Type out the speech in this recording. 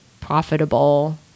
profitable